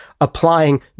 applying